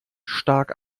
stark